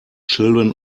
children